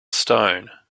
stone